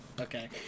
Okay